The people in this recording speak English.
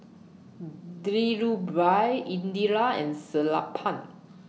Dhirubhai Indira and Sellapan